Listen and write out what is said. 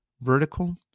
vertical